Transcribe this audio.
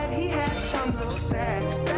he has tons of sex